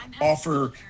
offer